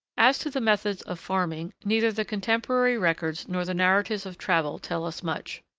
as to the methods of farming, neither the contemporary records nor the narratives of travel tell us much.